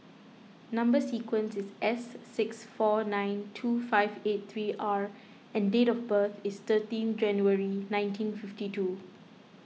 Number Sequence is S six four nine two five eight three R and date of birth is thirteen January nineteen fifty two